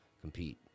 Compete